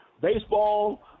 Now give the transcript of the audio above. Baseball